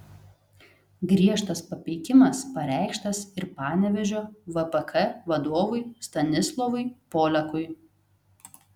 griežtas papeikimas pareikštas ir panevėžio vpk vadovui stanislovui poliakui